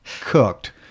cooked